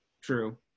True